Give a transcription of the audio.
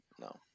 no